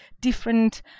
different